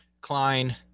Klein